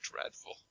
dreadful